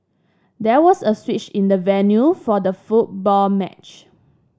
there was a switch in the venue for the football match